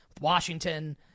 Washington